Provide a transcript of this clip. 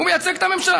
הוא מייצג את הממשלה.